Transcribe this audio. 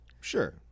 Sure